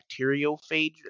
Bacteriophage